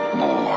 more